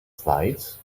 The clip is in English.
slides